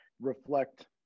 reflect